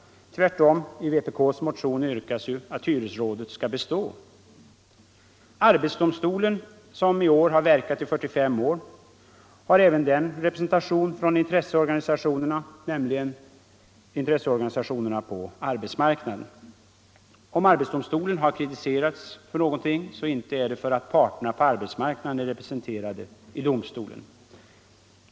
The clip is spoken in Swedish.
Tvärtom, i vpk:s motion yrkas ju att hyresrådet skall bestå. Arbetsdomstolen, som nu verkat i 45 år, har även den representation från intresseorganisationerna, nämligen intresseorganisationerna på arbetsmarknaden. Om arbetsdomstolen har kritiserats för någonting, så inte är det för att parterna på arbetsmarknaden är representerade i domstolen.